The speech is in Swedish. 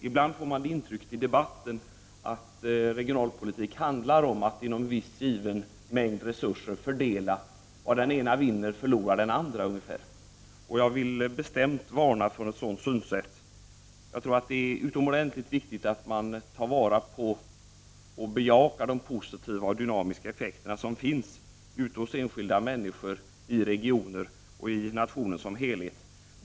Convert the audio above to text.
Ibland får man det intrycket i debatten att regional politik handlar om att inom en viss given mängd resurser fördela. Vad den ena vinner förlorar den andra. Jag vill bestämt varna för ett sådant synsätt. Jag tror att det är utomordentligt viktigt att vi tar vara på och bejakar de positiva och dynamiska krafter som finns hos enskilda människor i regioner och hos nationen som helhet.